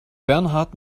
bernhard